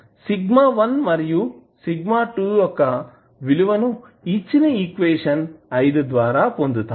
σ1 మరియు σ2 యొక్క విలువని ఇచ్చిన ఈక్వేషన్ ద్వారా పొందుతాము